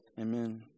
Amen